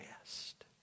rest